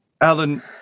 Alan